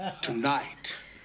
Tonight